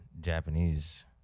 Japanese